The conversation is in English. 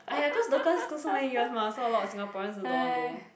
!aiya! cause local school so many years mah so a lot of Singaporeans also don't want go